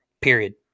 period